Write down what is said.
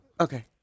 Okay